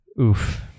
Oof